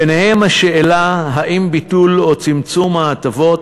וביניהן השאלה אם ביטול או צמצום ההטבות